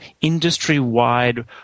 industry-wide